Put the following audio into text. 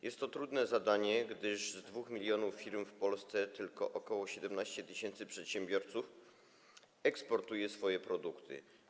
Jest to trudne zadanie, gdyż z 2 mln firm w Polsce tylko ok. 17 tys. przedsiębiorców eksportuje swoje produkty.